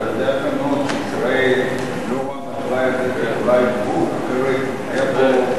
אבל אתה יודע יפה מאוד שישראל לא רואה בתוואי הזה תוואי גבול,